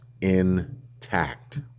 intact